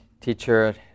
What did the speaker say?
teacher